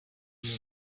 buryo